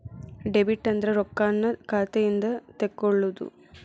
debit ಅಂದ್ರ ರೊಕ್ಕಾನ್ನ ಖಾತೆಯಿಂದ ತೆಕ್ಕೊಳ್ಳೊದು